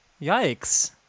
Yikes